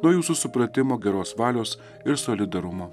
nuo jūsų supratimo geros valios ir solidarumo